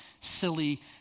silly